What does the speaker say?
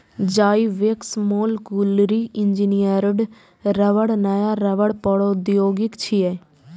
Zyvex molecularly engineered रबड़ नया रबड़ प्रौद्योगिकी छियै